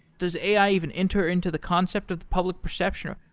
does a i. even enter into the concept of the public perception?